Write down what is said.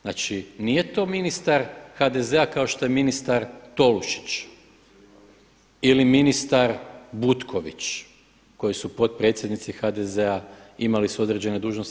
Znači nije to ministar HDZ-a kao što je ministar Tolušić ili ministar Butković koji su potpredsjednici HDZ-a, imali su određene dužnosti.